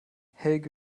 helge